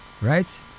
right